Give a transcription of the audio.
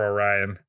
Orion